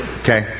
Okay